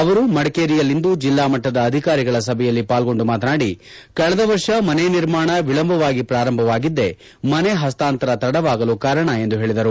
ಅವರು ಮಡಿಕೇರಿಯಲ್ಲಿಂದು ಜಿಲ್ಲಾ ಮಟ್ಟದ ಅಧಿಕಾರಿಗಳ ಸಭೆಯಲ್ಲಿ ಪಾಲ್ಗೊಂಡು ಮಾತನಾಡಿ ಕಳೆದ ವರ್ಷ ಮನೆ ನಿರ್ಮಾಣ ವಿಳಂಬವಾಗಿ ಪ್ರಾರಂಭವಾಗಿದ್ದೇ ಮನೆ ಹಸ್ತಾಂತರ ತಡವಾಗಲು ಕಾರಣ ಎಂದು ಹೇಳಿದರು